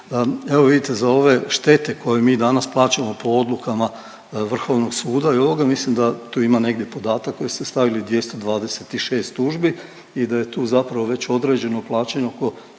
evo vidite za ove štete koje mi danas plaćamo po odlukama Vrhovnog suda i ovoga, mislim da tu negdje ima podatak koji ste stavili 226 tužbi i da je tu zapravo već određeno plaćanje oko